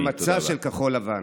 והמצע של כחול לבן.